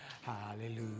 Hallelujah